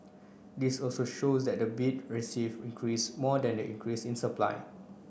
this also shows that the bid received increase more than the increase in supplying